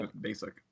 basic